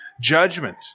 judgment